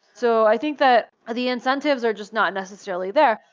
so i think that ah the incentives are just not necessarily there.